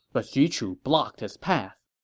but xu chu blocked his path